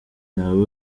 yawe